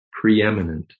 preeminent